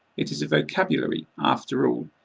it is a vocabulary, after all,